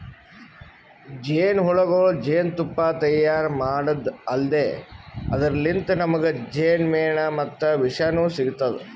ಜೇನಹುಳಗೊಳ್ ಜೇನ್ತುಪ್ಪಾ ತೈಯಾರ್ ಮಾಡದ್ದ್ ಅಲ್ದೆ ಅದರ್ಲಿನ್ತ್ ನಮ್ಗ್ ಜೇನ್ಮೆಣ ಮತ್ತ್ ವಿಷನೂ ಸಿಗ್ತದ್